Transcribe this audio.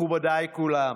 מכובדיי כולם,